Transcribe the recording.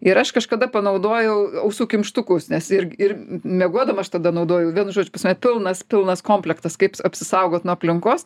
ir aš kažkada panaudojau ausų kimštukus nes ir ir miegodama aš tada naudojau vienu žodžiu pas mane pilnas pilnas komplektas kaip apsisaugot nuo aplinkos